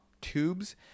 tubes